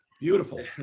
Beautiful